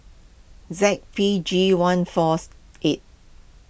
Z P G one fourth eight